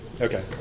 Okay